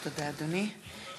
תודה, אדוני.